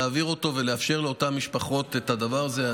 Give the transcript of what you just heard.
להעביר אותו ולאפשר לאותן משפחות את הדבר הזה.